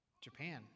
Japan